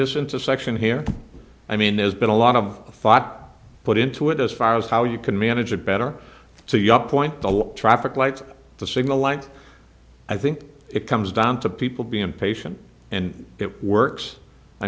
intersection here i mean there's been a lot of thought put into it as far as how you can manage it better so your point the traffic lights the signal light i think it comes down to people being impatient and it works i